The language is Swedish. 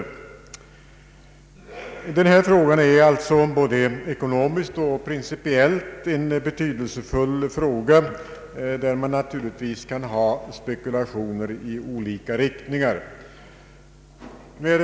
Denna fråga är alltså betydelsefull både ekonomiskt och principiellt. Naturligtvis kan man ha spekulationer i olika riktningar.